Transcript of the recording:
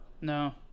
No